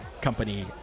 company